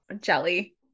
jelly